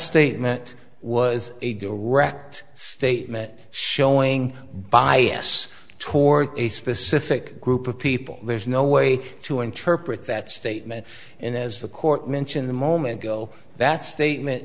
statement was a direct statement showing by us toward a specific group of people there's no way to interpret that statement and as the court mentioned a moment ago that statement